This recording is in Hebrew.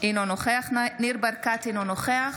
אינו נוכח ניר ברקת, אינו נוכח